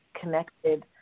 connected